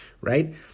right